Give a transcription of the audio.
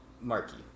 Marky